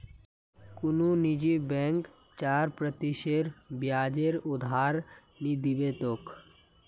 कुनु निजी बैंक चार प्रतिशत ब्याजेर उधार नि दीबे तोक